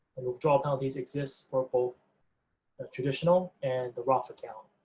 and withdrawal penalties exist for both ah traditional and the roth account.